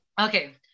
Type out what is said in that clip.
Okay